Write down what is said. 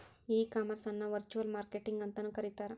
ಈ ಕಾಮರ್ಸ್ ಅನ್ನ virtual marketing ಅಂತನು ಕರೇತಾರ